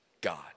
God